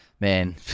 man